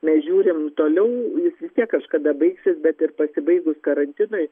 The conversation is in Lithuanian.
mes žiūrim toliau jis vis tiek kažkada baigsis bet ir pasibaigus karantinui